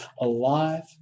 Alive